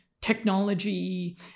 technology